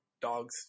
dogs